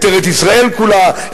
את ארץ-ישראל כולה,